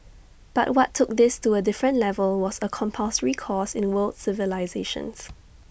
but what took this to A different level was A compulsory course in the world civilisations